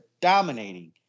dominating